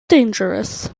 dangerous